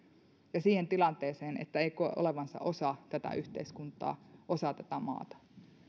ja siihen tilanteeseen että ei koe olevansa osa tätä yhteiskuntaa osa tätä maata